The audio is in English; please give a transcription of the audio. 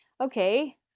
okay